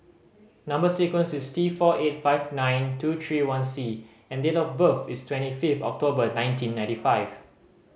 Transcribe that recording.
number sequence is T four eight five nine two three one C and date of birth is twenty fifth October nineteen ninety five